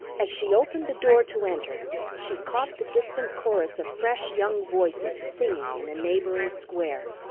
as she opened the door to enter, she caught the distant chorus of fresh young voices singing in a neighboring square